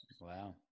Wow